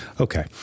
Okay